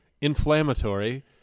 inflammatory